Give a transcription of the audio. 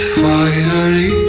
fiery